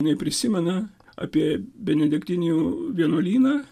jinai prisimena apie benediktinių vienuolyną